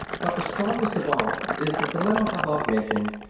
but the strongest of all is the dilemma above mentioned,